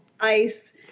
ice